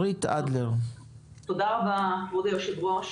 תודה רבה, כבוד היושב-ראש.